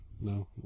no